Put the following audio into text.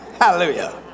Hallelujah